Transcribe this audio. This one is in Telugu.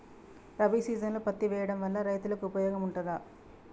రబీ సీజన్లో పత్తి వేయడం వల్ల రైతులకు ఉపయోగం ఉంటదా?